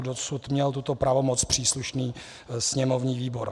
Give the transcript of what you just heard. Dosud měl tuto pravomoc příslušný sněmovní výbor.